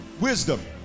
Wisdom